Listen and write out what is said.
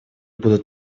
будут